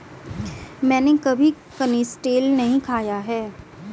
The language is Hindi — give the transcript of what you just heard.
मैंने कभी कनिस्टेल नहीं खाया है